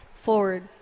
Forward